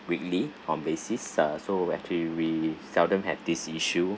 weekly on basis uh so actually we seldom have this issue